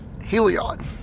Heliod